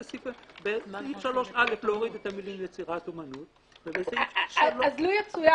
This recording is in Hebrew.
בסעיף (3)(א) להוריד את המילים "יצירת אומנות"- -- אז לו יצויר